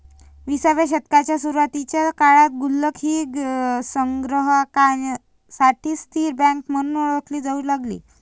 विसाव्या शतकाच्या सुरुवातीच्या काळात गुल्लक ही संग्राहकांसाठी स्थिर बँक म्हणून ओळखली जाऊ लागली